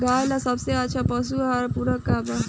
गाय ला सबसे अच्छा पशु आहार पूरक का बा?